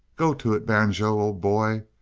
go to it, banjo, old boy!